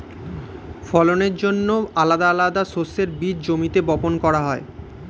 ফলনের জন্যে আলাদা আলাদা শস্যের বীজ জমিতে বপন করা হয়